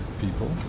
people